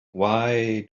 why